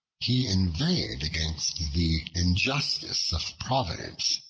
he inveighed against the injustice of providence,